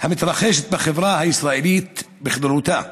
המתרחשת בחברה הישראלית בכללותה.